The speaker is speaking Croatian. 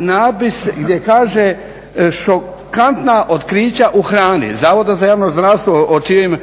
natpis gdje kaže šokantna otkrića u hrani Zavoda za javno zdravstvo o čijim